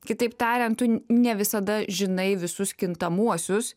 kitaip tariant tu ne visada žinai visus kintamuosius